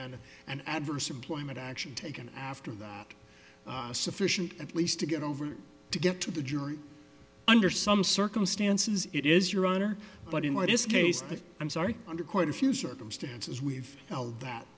then an adverse employment action taken after that sufficient at least to get over to get to the jury under some circumstances it is your honor but in what is case that i'm sorry under quite a few circumstances we've held that